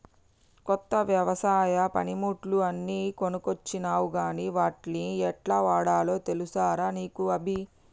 కొత్త వ్యవసాయ పనిముట్లు అన్ని కొనుకొచ్చినవ్ గని వాట్ని యెట్లవాడాల్నో తెలుసా రా నీకు అభి